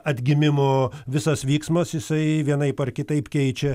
atgimimo visas vyksmas jisai vienaip ar kitaip keičia